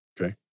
Okay